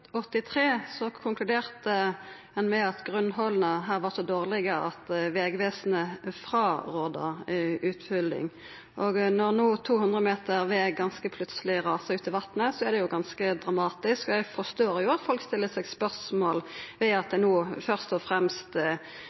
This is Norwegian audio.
konkluderte ein med at grunnforholda var så dårlege at Vegvesenet rådde frå utfylling. Når no 200 meter veg plutseleg rasar ut i vatnet, er det ganske dramatisk. Eg forstår at folk stiller spørsmål ved at ein no fyrst og fremst